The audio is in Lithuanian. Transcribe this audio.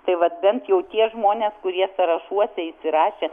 tai vat bent jau tie žmonės kurie sąrašuose įsirašę